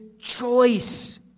choice